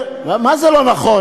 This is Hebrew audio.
מה זה "לא נכון"?